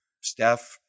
Steph